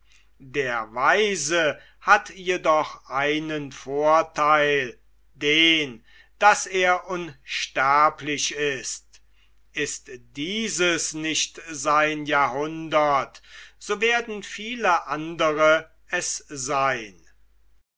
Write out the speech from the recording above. der weise hat jedoch einen vortheil den daß er unsterblich ist ist dieses nicht sein jahrhundert so werden viele andre es seyn